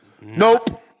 Nope